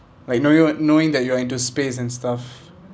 like know knowing that you are in the space and stuff